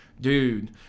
Dude